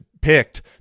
picked